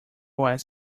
was